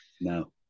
No